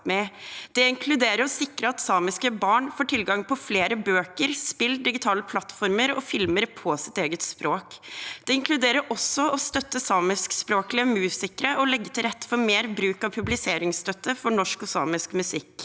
Det inkluderer å sikre at samiske barn får tilgang på flere bøker, spill, digitale plattformer og filmer på sitt eget språk. Det inkluderer også å støtte samiskspråklige musikere og legge til rette for mer bruk av publiseringsstøtte for norsk og samisk musikk.